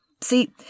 See